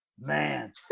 Man